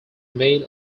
made